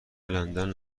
لندن